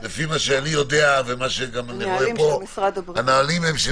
- לפי מה שאני יודע, הנהלים הם של